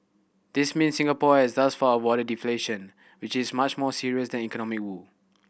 this means Singapore has thus far avoided deflation which is much more serious than economic woe